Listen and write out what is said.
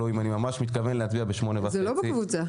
אם אני ממש מתכוון להגיע ב-8:30 -- זה לא בקבוצה.